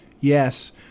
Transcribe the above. Yes